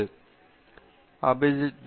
பேராசிரியர் அபிஜித் பி